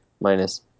minus